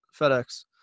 FedEx